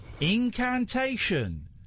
incantation